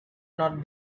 not